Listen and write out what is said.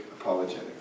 apologetic